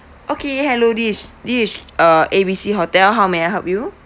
okay hello this is this is uh A B C hotel how may I help you